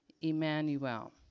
Emmanuel